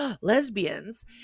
lesbians